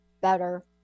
better